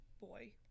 ...boy